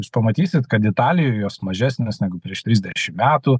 jūs pamatysit kad italijoj jos mažesnės negu prieš trisdešim metų